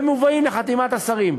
ומובאים לחתימת השרים.